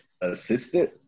assistant